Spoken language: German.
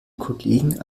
kollegen